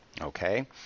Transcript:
Okay